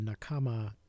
Nakama